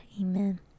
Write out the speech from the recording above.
amen